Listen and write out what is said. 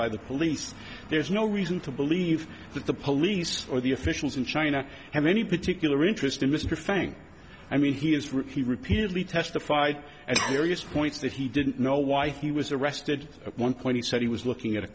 by the police there's no reason to believe that the police or the officials in china have any particular interest in mr fang i mean he has repeatedly testified at various points that he didn't know why he was arrested at one point he said he was looking at a